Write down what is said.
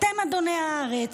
"אתם אדוני הארץ",